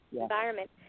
environment